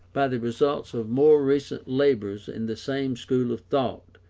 by the results of more recent labours in the same school of thought,